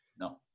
No